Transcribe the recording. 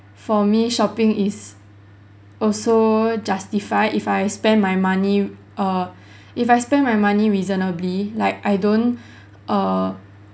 for me shopping is also justified if I spend my money err if I spend my money reasonably like I don't err